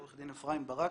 עורך-דין אפרים ברק,